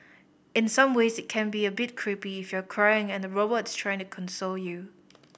in some ways it can be a bit creepy if you're crying and the robot is trying to console you